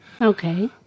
okay